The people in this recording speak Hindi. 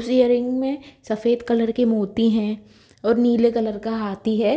उस एयरिंग में सफ़ेद कलर के मोती हैं और नीले कलर का हाथी है